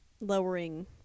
lowering